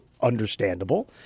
understandable